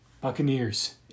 Buccaneers